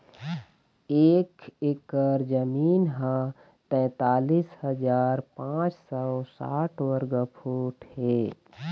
एक एकर जमीन ह तैंतालिस हजार पांच सौ साठ वर्ग फुट हे